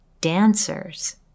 Dancers